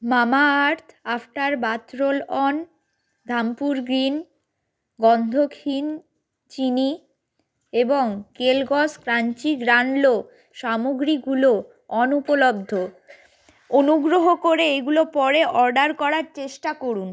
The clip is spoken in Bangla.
Mamaearth after bath roll on Dhampur green গন্ধকহীন চিনি এবং কেলগস ক্রাঞ্চি গ্রানোলা সামগ্রীগুলো অনুপলব্ধ অনুগ্রহ করে এইগুলো পরে অর্ডার করার চেষ্টা করুন